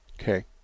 okay